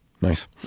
Nice